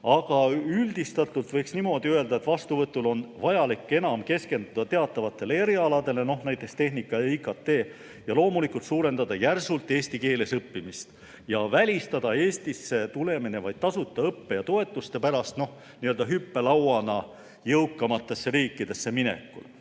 Aga üldistatult võiks niimoodi öelda, et vastuvõtul on vajalik enam keskenduda teatavatele erialadele, näiteks tehnika ja IKT, ja loomulikult suurendada järsult eesti keeles õppimist ja välistada Eestisse tulemine vaid õppetoetuste pärast, n-ö hüppelauana jõukamatesse riikidesse minekul.